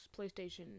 PlayStation